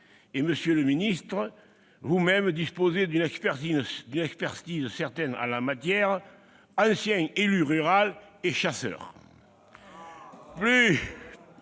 ! Monsieur le ministre, vous-même disposez d'une expertise certaine en la matière, puisque vous êtes ancien élu rural et chasseur.